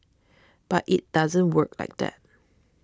but it doesn't work like that